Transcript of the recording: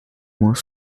more